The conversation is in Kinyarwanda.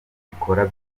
rikora